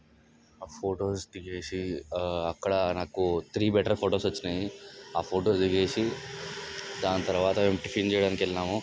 ఆ ఫొటోస్ దిగేసి అక్కడ నాకు త్రీ బెటర్ ఫొటోస్ వచ్చినాయి ఆ ఫొటోస్ దిగేసి దాని తర్వాత మేం టిఫిన్ చేయడానికి వెళ్ళినాము